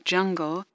Jungle